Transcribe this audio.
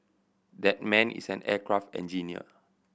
that man is an aircraft engineer